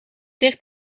dicht